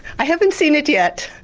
i haven't seen it yet.